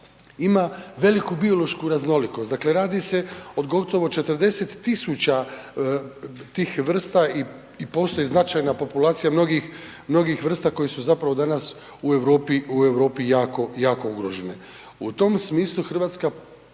ima veliku biološku raznolikost, dakle radi se o gotovo 40 tisuća tih vrsta i postoji značajna populacija mnogih, mnogih vrsta koje su zapravo danas u Europi, u Europi jako, jako ugrožene. U tom smislu hrvatska